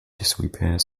disrepair